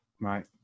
Right